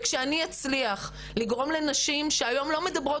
וכשאני אצליח לגרום לנשים שהיום לא מדברות